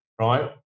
right